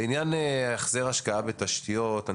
אני